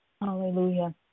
Hallelujah